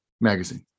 Magazine